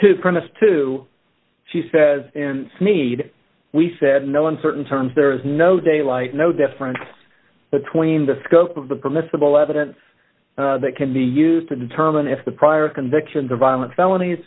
promise to she says need we said no uncertain terms there is no daylight no difference between the scope of the permissible evidence that can be used to determine if the prior convictions are violent felonies